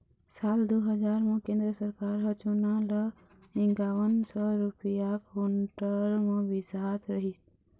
साल दू हजार म केंद्र सरकार ह चना ल इंकावन सौ रूपिया कोंटल म बिसात रहिस